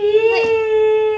right